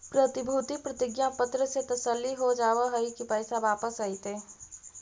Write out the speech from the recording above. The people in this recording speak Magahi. प्रतिभूति प्रतिज्ञा पत्र से तसल्ली हो जावअ हई की पैसा वापस अइतइ